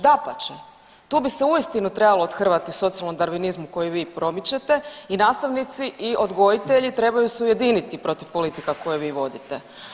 Dapače tu bi se uistinu trebalo othrvati socijalnom darvinizmu koji vi promičete i nastavnici i odgojitelji trebaju se ujedini protiv politika koje vi vodite.